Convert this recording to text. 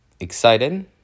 Excited